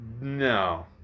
No